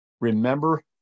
remember